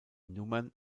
nummern